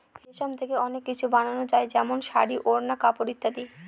রেশম থেকে অনেক কিছু বানানো যায় যেমন শাড়ী, ওড়না, কাপড় ইত্যাদি